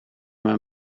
mijn